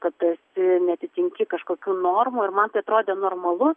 kad tu esi neatitinki kažkokių normų ir man tai atrodė normalu